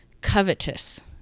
covetous